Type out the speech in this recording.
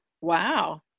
Wow